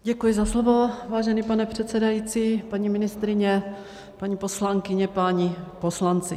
Děkuji za slovo, vážený pane předsedající, paní ministryně, paní poslankyně, páni poslanci.